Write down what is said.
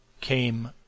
came